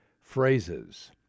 phrases